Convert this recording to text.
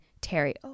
Terry